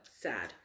sad